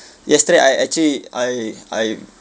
yesterday I actually I I